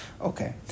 Okay